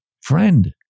Friend